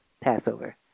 Passover